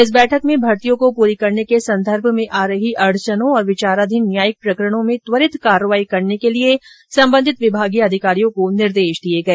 इस बैठक में भर्तियों को पूरी करने के संदर्भ में आ रही अड़चनों और विचाराधीन न्यायिक प्रकरणों में त्वरित कार्यवाही करने के लिए संबंधित विभागीय अधिकारियों को निर्देश दिए गए